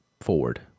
forward